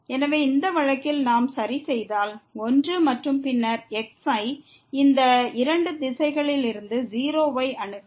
எனவே இந்த வழக்கில் நாம் சரி செய்தால் 1 மற்றும் பின்னர் x ஐ இந்த இரண்டு திசைகளில் இருந்து 0 வை அணுகவும்